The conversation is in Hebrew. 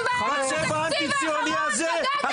בצבע אנטי ציוני הזה,